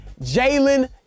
Jalen